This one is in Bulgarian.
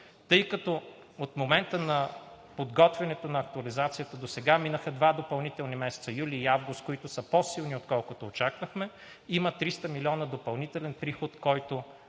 тъй като от момента на подготвянето на актуализацията досега минаха два допълнителни месеца – юли и август, които са по-силни, отколкото очаквахме. Има 300 милиона допълнителен приход, който